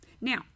Now